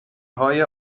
های